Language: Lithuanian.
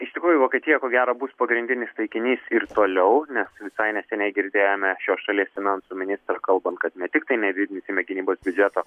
iš tikrųjų vokietija ko gero bus pagrindinis taikinys ir toliau mes visai neseniai girdėjome šios šalies finansų ministrą kalbant kad ne tiktai nedidinsime gynybos biudžeto